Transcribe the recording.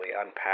unpack